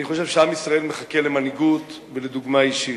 אני חושב שעם ישראל מחכה למנהיגות ולדוגמה אישית.